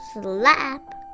Slap